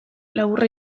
laburra